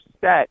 set